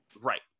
Right